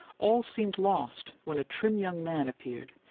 all seemed lost when a trim young man appeared,